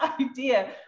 idea